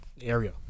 area